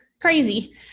crazy